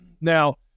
Now